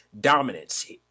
dominance